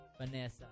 Vanessa